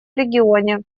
регионе